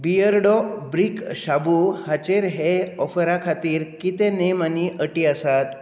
Beardo ब्रिक शाबू हाचेर हे ऑफरा खातीर कितें नेम आनी अटी आसात